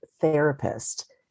therapist